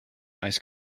ice